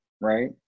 right